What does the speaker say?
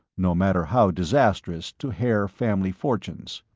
no matter how disastrous to haer family fortunes.